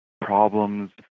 problems